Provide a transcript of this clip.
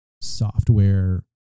software